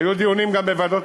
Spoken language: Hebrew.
היו דיונים גם בוועדות,